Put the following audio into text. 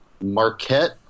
Marquette